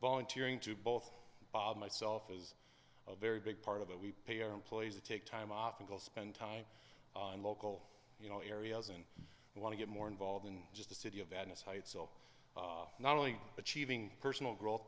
volunteering to both myself is a very big part of that we pay our employees to take time off and go spend time on local you know areas and want to get more involved in just the city of venice heights so not only achieving personal growth